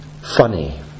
funny